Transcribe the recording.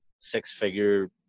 six-figure